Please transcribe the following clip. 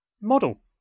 model